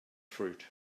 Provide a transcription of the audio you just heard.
fruit